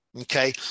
Okay